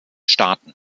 staaten